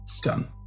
done